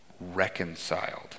reconciled